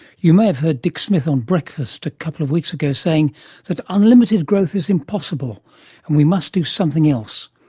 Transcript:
you may have heard dick smith on breakfast a couple of weeks ago saying that unlimited growth is impossible and we must do something else.